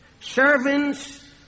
Servants